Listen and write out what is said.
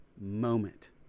moment